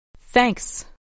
Thanks